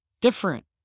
different